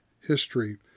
history